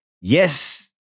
yes